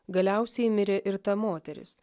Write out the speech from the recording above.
galiausiai mirė ir ta moteris